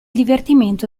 divertimento